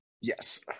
Yes